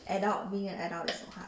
adult being an adult is so hard